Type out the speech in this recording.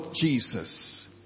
Jesus